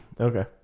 Okay